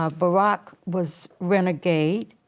ah barack was renegade.